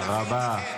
תודה רבה.